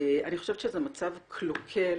אני חושבת שזה מצב קלוקל,